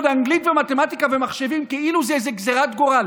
אנגלית ומתמטיקה ומחשבים כאילו זו גזרת גורל.